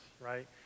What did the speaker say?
right